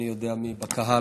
אינני יודע מי בקהל,